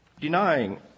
Denying